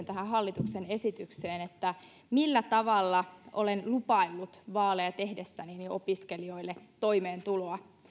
tähän hallituksen esitykseen liittyen millä tavalla olen vaaleja tehdessäni lupaillut opiskelijoille toimeentuloa